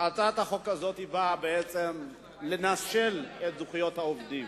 הצעת החוק הזאת באה לנשל, זכויות העובדים,